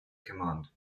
command